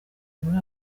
muri